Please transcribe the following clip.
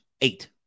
eight